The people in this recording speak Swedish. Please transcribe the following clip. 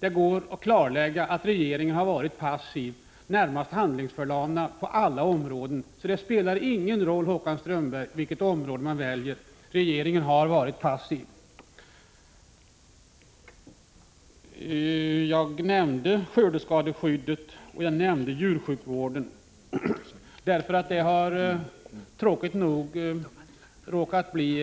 Det går att klarlägga att regeringen har varit passiv, närmast handlingsförlamad, på alla områden. Jag nämnde skördeskadeskyddet och djursjukvården därför att dessa frågor tråkigt nog har råkat bli